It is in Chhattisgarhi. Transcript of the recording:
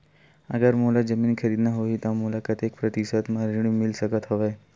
अगर मोला जमीन खरीदना होही त मोला कतेक प्रतिशत म ऋण मिल सकत हवय?